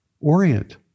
orient